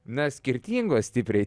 na skirtingos stipriai